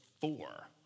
four